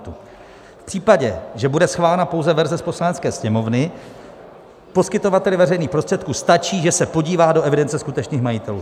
V případě, že bude schválena pouze verze z Poslanecké sněmovny, poskytovateli veřejných prostředků stačí, že se podívá do evidence skutečných majitelů.